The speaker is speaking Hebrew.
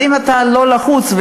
אם אתה לא לחוץ,